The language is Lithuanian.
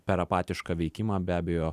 per apatišką veikimą be abejo